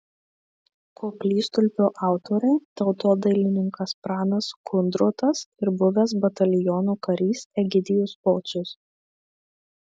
koplytstulpio autoriai tautodailininkas pranas kundrotas ir buvęs bataliono karys egidijus pocius